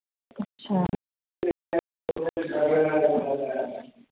अच्छा